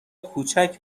کوچک